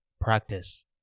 practice